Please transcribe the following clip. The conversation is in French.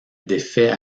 défait